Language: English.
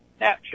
Snapchat